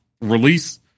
release